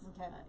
Okay